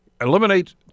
eliminate